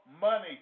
money